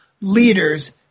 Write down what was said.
leaders